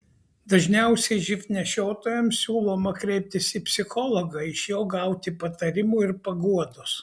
dažniausiai živ nešiotojams siūloma kreiptis į psichologą iš jo gauti patarimų ir paguodos